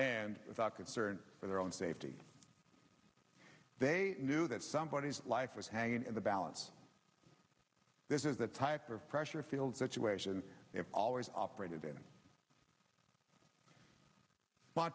and without concern for their own safety they knew that somebody's life is hanging in the balance this is the type of pressure filled situations always operated in